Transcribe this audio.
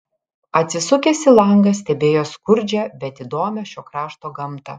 atsisukęs į langą stebėjo skurdžią bet įdomią šio krašto gamtą